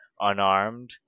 unarmed